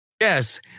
Yes